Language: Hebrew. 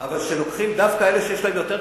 אבל כשלוקחים, דווקא אלה שיש להם יותר כסף,